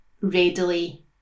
readily